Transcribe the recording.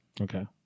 Okay